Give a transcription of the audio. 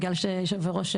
בגלל שיושב הראש,